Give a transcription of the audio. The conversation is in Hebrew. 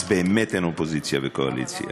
אז באמת אין אופוזיציה וקואליציה.